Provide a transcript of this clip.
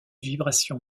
vibration